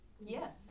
Yes